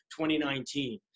2019